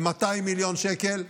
ל-200 מיליון שקל.